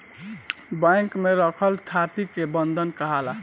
bank में रखल थाती के बंधक काहाला